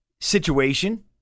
situation